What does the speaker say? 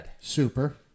Super